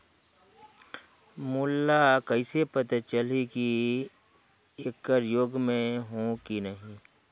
मोला कइसे पता चलही की येकर योग्य मैं हों की नहीं?